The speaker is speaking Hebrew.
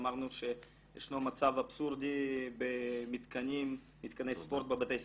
אמרנו שישנו מצב אבסורדי במתקני ספורט בבתי הספר.